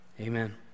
Amen